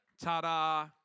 Ta-da